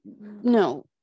no